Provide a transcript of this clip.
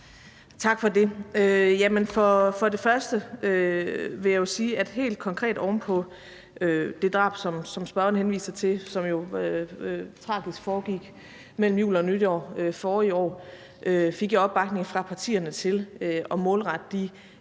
Tak for det. Først vil jeg sige, at helt konkret oven på det drab, som spørgeren henviser til, og som tragisk foregik mellem jul og nytår forrige år, fik jeg opbakning fra partierne til at målrette de